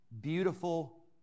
beautiful